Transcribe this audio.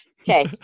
okay